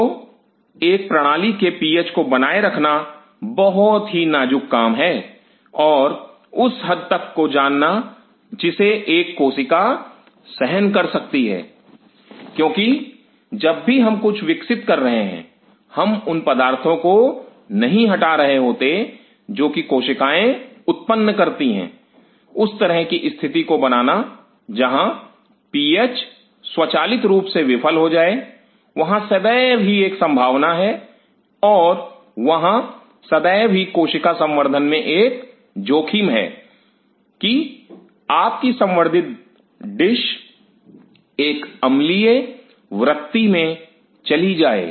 तो एक प्रणाली के पीएच को बनाए रखना बहुत ही नाज़ुक काम है और उस हद को जानना जिसे एक कोशिका सहन कर सकती हैं क्योंकि जब भी हम कुछ विकसित कर रहे हैं हम उन पदार्थों को नहीं हटा रहे होते जो कि कोशिकाएं उत्पन्न करती हैं उस तरह की स्थिति को बनाना जहां पीएच स्वचालित रूप से विफल हो जाए वहां सदैव ही एक संभावना है और वहां सदैव ही कोशिका संवर्धन में एक जोखिम है कि आपकी संवर्धित डिश एक अम्लीय वृत्ति में चली जाए